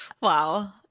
wow